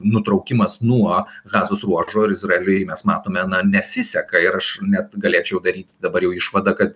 nutraukimas nuo gazos ruožo ir izraeliui mes matome na nesiseka ir aš net galėčiau daryti dabar jau išvadą kad